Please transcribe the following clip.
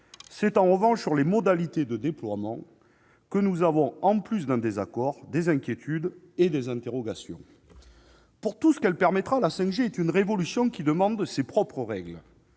C'est sur les modalités de déploiement que nous avons, en plus d'un désaccord, des inquiétudes et des interrogations. En raison de tout ce qu'elle permettra, la 5G est une révolution, qui exige ses propres règles.